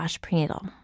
prenatal